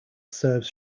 serves